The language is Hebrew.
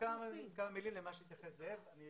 בכמה מלים למה שאמר זאב.